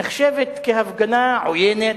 נחשבת כהפגנה עוינת.